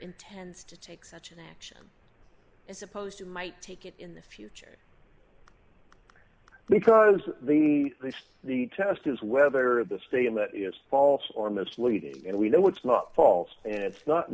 intends to take such action as opposed to might take it in the future because the the test is whether the statement is false or misleading and we know it's not false and it's not